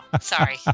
sorry